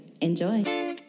Enjoy